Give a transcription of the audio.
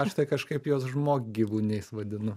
aš tai kažkaip juos žmoggyvūniais vadinu